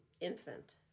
Infant